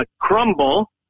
Crumble